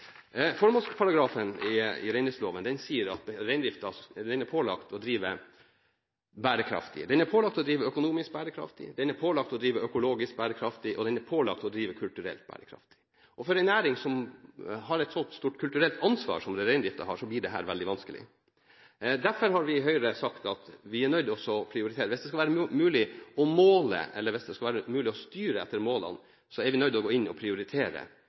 Formålsparagrafen i reindriftsloven sier at reindriften er pålagt å drive bærekraftig – økonomisk bærekraftig, økologisk bærekraftig og kulturelt bærekraftig. For en næring som har et så stort kulturelt ansvar som reindriften har, blir dette veldig vanskelig. Derfor har vi i Høyre sagt at vi er nødt til å prioritere. Hvis det skal være mulig å styre etter målene, er vi nødt til å gå inn og prioritere